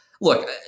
look